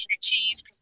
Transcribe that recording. cheese